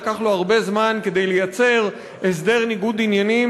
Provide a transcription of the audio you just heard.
לקח לו הרבה זמן לייצר הסדר ניגוד עניינים